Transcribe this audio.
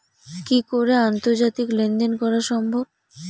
কি করে আন্তর্জাতিক লেনদেন করা সম্ভব?